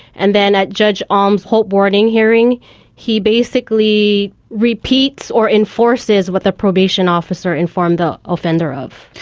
and then at judge alm's hope warning hearing he basically repeats or enforces what the probation officer informed the offender of.